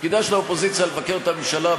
תפקידה של האופוזיציה לבקר את הממשלה,